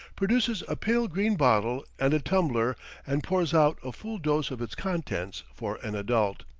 produces a pale-green bottle and a tumbler and pours out a full dose of its contents for an adult.